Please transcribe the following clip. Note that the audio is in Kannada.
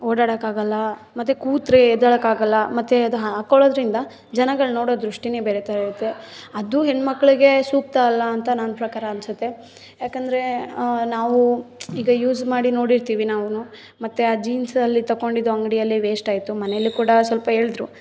ಓಡಾಡೋಕ್ಕಾಗೊಲ್ಲ ಮತ್ತೆ ಕೂತ್ರೆ ಎದ್ದೇಳೊಕ್ಕಾಗೊಲ್ಲ ಮತ್ತೆ ಅದು ಹಾಕ್ಕೊಳೋದ್ರಿಂದ ಜನಗಳು ನೋಡೋ ದೃಷ್ಟಿಯೇ ಬೇರೆ ಥರ ಇರುತ್ತೆ ಅದು ಹೆಣ್ಣು ಮಕ್ಳಿಗೆ ಸೂಕ್ತ ಅಲ್ಲ ಅಂತ ನನ್ನ ಪ್ರಕಾರ ಅನಿಸುತ್ತೆ ಯಾಕೆಂದ್ರೆ ನಾವು ಈಗ ಯೂಸ್ ಮಾಡಿ ನೋಡಿರ್ತೀವಿ ನಾವೂ ಮತ್ತೆ ಆ ಜೀನ್ಸ್ ಅಲ್ಲಿ ತೊಗೊಂಡಿದ್ದು ಅಂಗಡಿಯಲ್ಲಿ ವೇಸ್ಟಾಯ್ತು ಮನೆಯಲ್ಲಿ ಕೂಡ ಸ್ವಲ್ಪ ಹೇಳಿದ್ರು